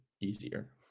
easier